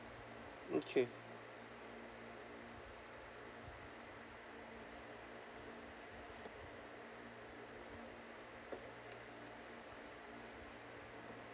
okay